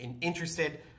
interested